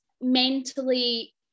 mentally